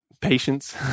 patience